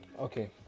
okay